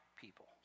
people